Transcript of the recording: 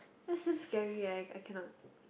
then I feel scary leh I cannot